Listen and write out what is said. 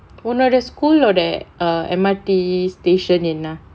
ஒன்னோட:onnoda school ஓட:oda err M_R_T station என்ன:enna